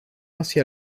hacia